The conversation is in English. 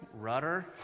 rudder